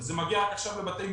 וזה מגיע רק עכשיו לבתי-משפט,